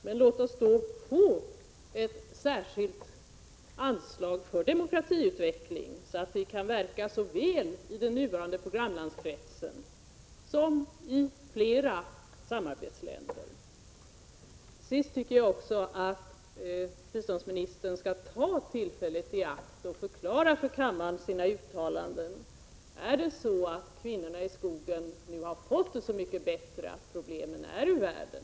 Men låt oss då få ett särskilt anslag för demokratiutveckling, så att vi kan verka såväl i den nuvarande programlandskretsen som i flera samarbetsländer. Till sist vill jag säga att jag tycker att biståndsministern skall ta tillfället i akt och inför kammaren förklara sina uttalanden: Har kvinnorna i skogen i Vietnam nu fått det så mycket bättre att problemen är ur världen?